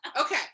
okay